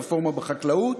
הרפורמה בחקלאות.